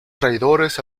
traidores